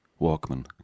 Walkman